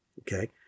okay